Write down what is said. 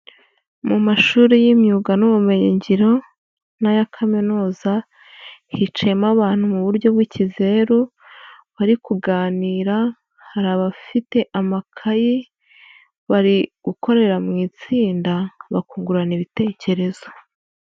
Mu mashuri y'imyuga n'ubumenyingiro n'aya kaminuza, hiciyemo abantu mu buryo bw'ikizeru, bari kuganira, hari abafite amakayi, bari gukorera mu itsinda bakungurana ibitekerezo.